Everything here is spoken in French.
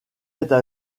êtes